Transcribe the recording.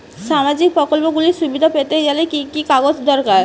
সামাজীক প্রকল্পগুলি সুবিধা পেতে গেলে কি কি কাগজ দরকার?